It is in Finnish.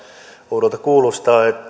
oudolta kuulostaa että